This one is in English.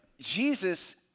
Jesus